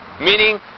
Meaning